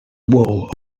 wall